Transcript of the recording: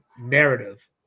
narrative